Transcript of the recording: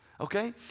Okay